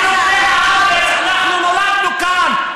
אנחנו בני הארץ, אנחנו נולדנו כאן.